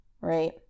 right